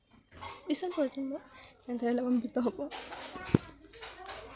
লাভান্বিত হ'ব